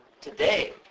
today